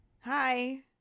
Hi